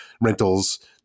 rentals